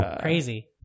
Crazy